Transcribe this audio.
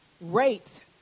rate